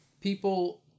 people